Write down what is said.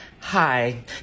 Hi